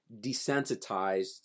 desensitized